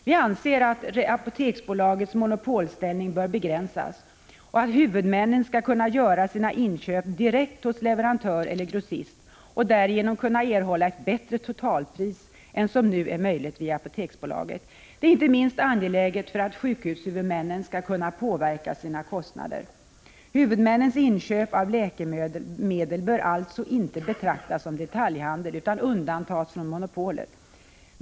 Vi anser att Apoteksbolagets monopolställning bör begränsas och att huvudmännen skall kunna göra sina inköp direkt hos leverantör eller grossist och därigenom kunna erhålla ett bättre totalpris än som nu är möjligt via Apoteksbolaget. Detta är inte minst angeläget för att sjukhushuvudmännen skall kunna påverka sina kostnader. Huvudmännens inköp av läkemedel bör alltså inte betraktas som detaljhandel utan undantas från monopolet.